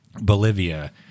Bolivia